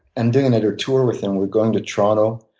and doing another tour with him. we're going to toronto,